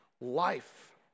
life